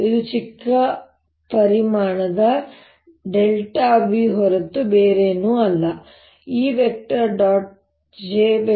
ಇದು ಚಿಕ್ಕ ಪರಿಮಾಣದ V ಹೊರತು ಬೇರೇನೂ ಅಲ್ಲ E